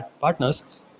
partners